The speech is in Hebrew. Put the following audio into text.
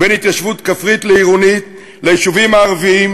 בין התיישבות כפרית לעירונית וליישובים הערביים,